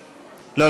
לא,